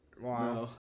Wow